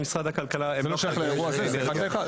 זה שייך לאירוע הזה.